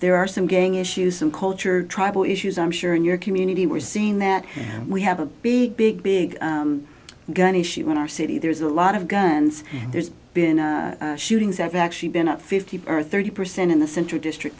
there are some gang issues some culture tribal issues i'm sure in your community we're seeing that we have a big big big gun issue in our city there's a lot of guns there's been shootings have actually been up fifty per thirty percent in the center district